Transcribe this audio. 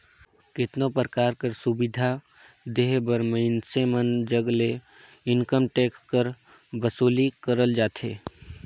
केतनो परकार कर सुबिधा देहे बर मइनसे मन जग ले इनकम टेक्स कर बसूली करल जाथे